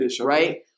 right